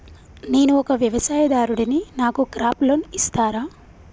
నేను ఒక వ్యవసాయదారుడిని నాకు క్రాప్ లోన్ ఇస్తారా?